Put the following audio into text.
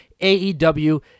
AEW